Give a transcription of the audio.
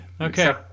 Okay